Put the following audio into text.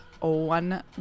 one